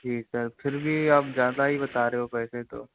जी sir फिर भी आप ज़्यादा ही बता रहे हो पैसे तो